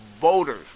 Voters